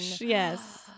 yes